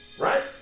Right